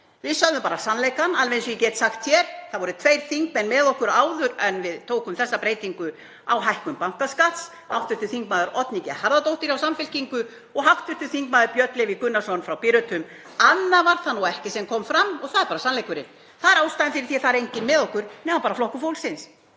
Við sögðum bara sannleikann, alveg eins og ég get sagt hér: Það voru tveir þingmenn með okkur áður en við tókum þessa breytingu á hækkun bankaskatts, hv. þm. Oddný G. Harðardóttir hjá Samfylkingu og hv. þm. Björn Leví Gunnarsson frá Pírötum. Annað var það nú ekki sem kom fram og það er bara sannleikurinn. Það er ástæðan fyrir því að það er enginn með okkur nema bara Flokkur fólksins.